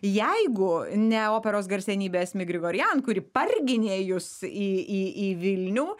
jeigu ne operos garsenybė asmik grigorian kuri parginė jus į į į vilnių